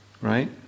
Right